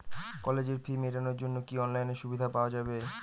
কলেজের ফি মেটানোর জন্য কি অনলাইনে সুবিধা পাওয়া যাবে?